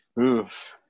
Oof